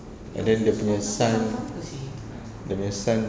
and then dia punya son dia punya son